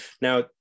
now